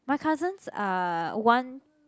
my cousins are one